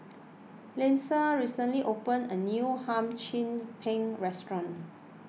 Lindsay recently open a new Hum Chim Peng restaurant